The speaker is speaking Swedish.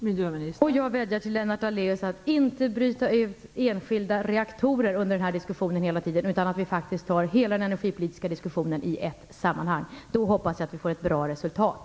Fru talman! Och jag vädjar till Lennart Daléus att inte hela tiden i den här diskussionen bryta ut enskilda reaktorer. Vi skall ta hela den energipolitiska diskussionen i ett sammanhang. Då hoppas jag att vi får ett bra resultat.